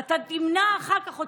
ברגע שאתה מונע אתה יכול למנוע אחר כך,